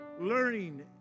Learning